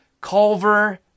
Culver